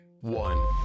one